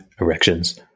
erections